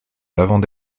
l’avant